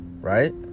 Right